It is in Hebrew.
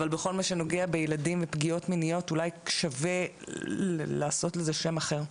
אבל בכל מה שנוגע בילדים ופגיעות מיניות אולי שווה לתת לזה שם אחר,